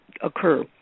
occur